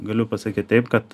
galiu pasakyt taip kad